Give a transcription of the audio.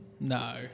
No